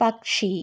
പക്ഷി